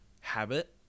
habit